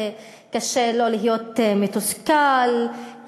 קשה לא להיות מתוסכל,